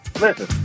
Listen